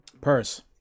Purse